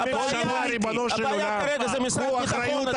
הבעיה כרגע זה משרד הביטחון.